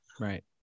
Right